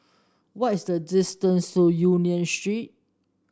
what is the distance to Union Street